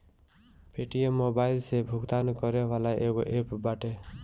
Paytm mobile से भुगतान करे वाला एगो एप्प बाटे